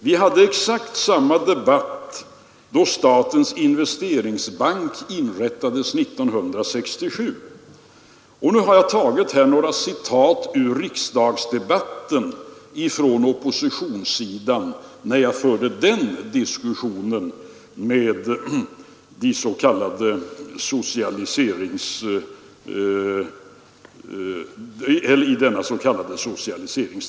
Vi hade exakt samma debatt då statens investeringsbank inrättades 1967.” Jag anförde sedan några citat från oppositionssidan ur denna s.k. socialiseringsdebatt i riksdagen.